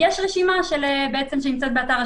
שום דבר.